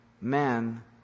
man